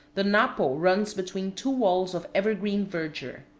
the napo runs between two walls of evergreen verdure.